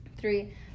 three